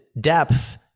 depth